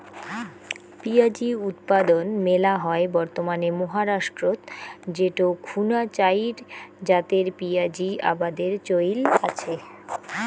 পিঁয়াজী উৎপাদন মেলা হয় বর্তমানে মহারাষ্ট্রত যেটো খুনা চাইর জাতের পিয়াঁজী আবাদের চইল আচে